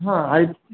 हां आहेत